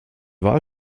wahl